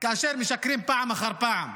כאשר משקרים פעם אחר פעם.